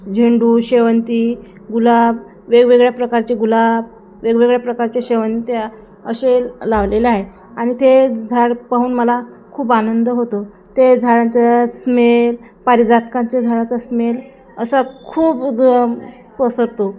झेंडू शेवंती गुलाब वेगवेगळ्या प्रकारचे गुलाब वेगवेगळ्या प्रकारच्या शेवंंत्या असे लावलेले आहेत आणि ते झाड पाहून मला खूप आनंद होतो ते झाडांचा स्मेल पारिजातकांच्या झाडाचा स्मेल असा खूप पसरतो